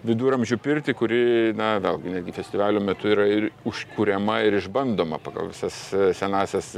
viduramžių pirtį kuri na gal netgi festivalio metu yra ir užkuriama ir išbandoma pagal visas senąsias